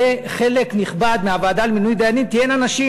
שחלק נכבד מהוועדה למינוי דיינים יהיה נשים.